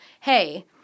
hey—